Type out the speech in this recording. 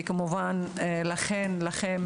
וכמובן לכן ולכם,